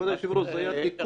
יהודה ושומרון שוחררו.